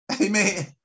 Amen